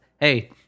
hey